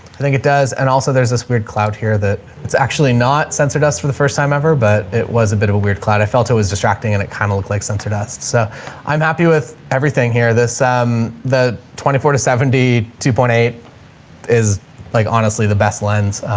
i think it does. and also there's this weird cloud here that it's actually not censored us for the first time ever, but it was a bit of a weird cloud. i felt it was distracting and it kind of looked like sensor desk. so i'm happy with everything here. this, um, the twenty four to seventy two point eight is like honestly the best lens.